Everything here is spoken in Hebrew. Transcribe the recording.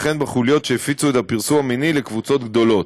וכן בחוליות שהפיצו את הפרסום המיני לקבוצות גדולות.